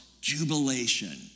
Jubilation